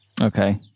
Okay